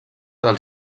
dels